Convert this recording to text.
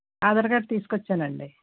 Aadhaar card తీసుకు వచ్చాను అండి